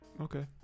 Okay